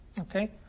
Okay